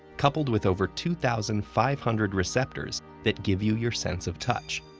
coupled with over two thousand five hundred receptors that give you your sense of touch.